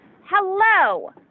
Hello